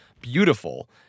beautiful